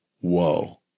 Whoa